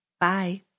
bye